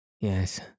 Yes